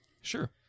Sure